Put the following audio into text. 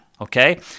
Okay